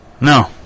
no